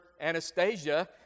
Anastasia